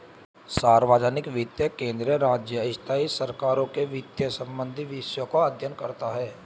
सार्वजनिक वित्त केंद्रीय, राज्य, स्थाई सरकारों के वित्त संबंधी विषयों का अध्ययन करता हैं